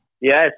Yes